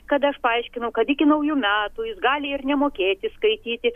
kada aš paaiškinau kad iki naujų metų jis gali ir nemokėti skaityti